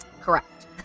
Correct